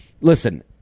listen